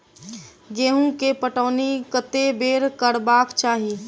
गेंहूँ केँ पटौनी कत्ते बेर करबाक चाहि?